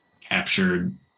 captured